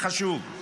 זה חשוב.